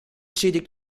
schädigt